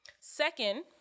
Second